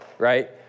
right